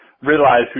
realize